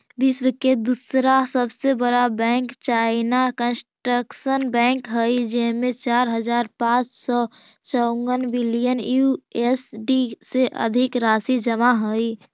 विश्व के दूसरा सबसे बड़ा बैंक चाइना कंस्ट्रक्शन बैंक हइ जेमें चार हज़ार पाँच सौ चउवन बिलियन यू.एस.डी से अधिक राशि जमा हइ